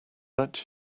let